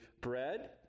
bread